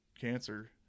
cancer